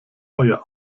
euer